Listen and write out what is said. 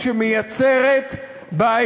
אני אוציא אותך.